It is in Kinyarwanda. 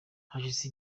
hashize